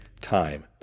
time